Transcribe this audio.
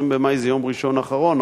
20 במאי זה יום ראשון האחרון,